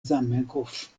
zamenhof